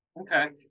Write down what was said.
Okay